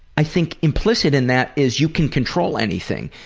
i think implicit in that is you can control anything.